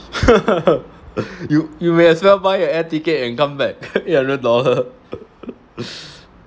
you you may as well buy an air ticket and come back three hundred dollar